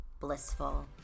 blissful